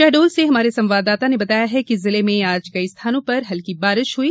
शहडोल से हमारे संवाददाता ने बताया है कि जिले में आज कई स्थानों पर हल्की बारिश हुई